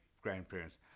grandparents